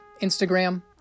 Instagram